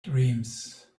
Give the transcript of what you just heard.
dreams